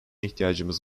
ihtiyacımız